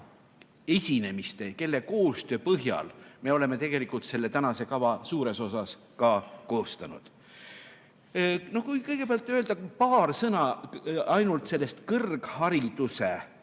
esinejad, kellega koostöö põhjal me oleme tegelikult selle tänase kava suures osas koostanud. Kui kõigepealt öelda paar sõna kõrghariduse